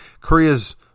Korea's